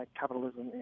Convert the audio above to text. capitalism